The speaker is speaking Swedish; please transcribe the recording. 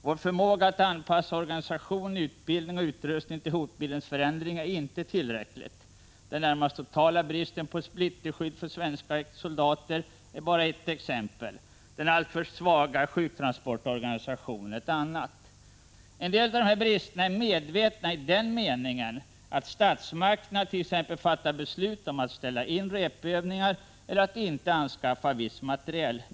Vår förmåga att anpassa organisation, utbildning och utrustning till hotbildens förändring är inte tillräcklig. Den närmast totala bristen på splitterskydd för svenska soldater är ett exempel, den alltför svaga sjuktransportorganisationen ett annat. En del brister är medvetna i den meningen att statsmakterna t.ex. har fattat beslut om att ställa in repövningar eller att inte anskaffa viss materiel.